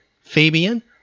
Fabian